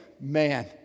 Man